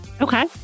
Okay